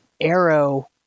arrow